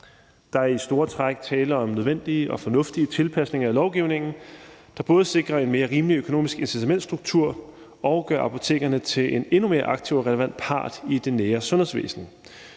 Der er i store træk tale om nødvendige og fornuftige tilpasninger af lovgivningen, der både sikrer en mere rimelig økonomisk incitamentstruktur og gør apotekerne til en endnu mere aktiv og relevant part i det nære sundhedsvæsen.